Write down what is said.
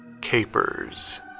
Capers